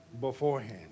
beforehand